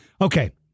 Okay